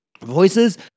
voices